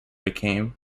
became